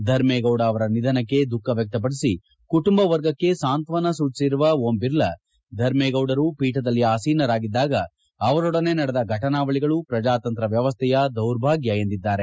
ಧರ್ಮೇಗೌಡ ಅವರ ನಿಧನಕ್ಕೆ ದುಃಖ ವ್ಯಕ್ತಪಡಿಸಿ ಕುಟಂಬ ವರ್ಗಕ್ಕೆ ಸಾಂಕ್ಷನ ಸೂಚಿಸಿರುವ ಓಂಬಿರ್ಲಾ ಧರ್ಮೆಗೌಡರು ಪೀಠದಲ್ಲಿ ಆಸೀನರಾಗಿದ್ದಾಗ ಅವರೊಡನೆ ನಡೆದ ಘಟನಾವಳಿಗಳು ಪ್ರಜಾತಂತ್ರ ವ್ಯವಸ್ಥೆಯ ದೌರ್ಭಾಗ್ಯ ಎಂದಿದ್ದಾರೆ